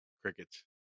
crickets